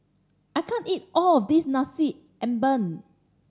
I can't eat all of this Nasi Ambeng